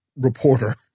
reporter